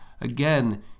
again